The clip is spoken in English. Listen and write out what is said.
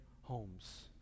homes